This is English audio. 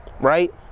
Right